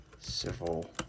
civil